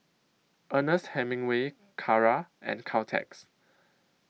Ernest Hemingway Kara and Caltex